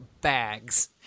bags